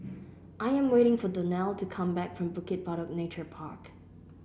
I am waiting for Donell to come back from Bukit Batok Nature Park